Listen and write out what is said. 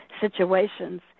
situations